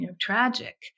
tragic